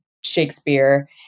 Shakespeare